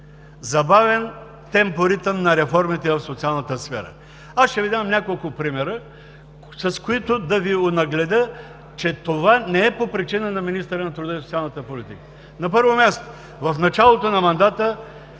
забавен темпо ритъм на реформите в социалната сфера. Аз ще Ви дам няколко примера, с които да Ви онагледя, че това не е по причина на министъра на труда и социалната политика. На първо място, в началото на мандата